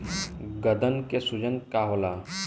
गदन के सूजन का होला?